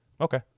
Okay